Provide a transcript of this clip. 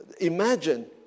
imagine